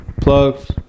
plugs